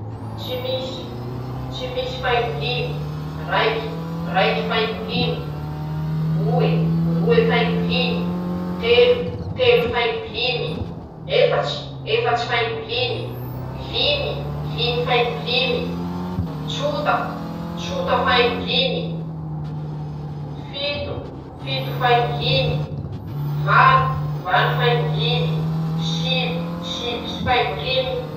Tsy misy, tsy misy faingo limy, raiky, raiky faingo limy, roe, roe faingo limy, telo, telo faingo limy, efatsy, efatsy faingo limy, limy, limy faingo limy, tsota, tsota faingo limy, fito, fito faingo limy, valo, valo faingo limy, sivy, sivy sy faingo limy.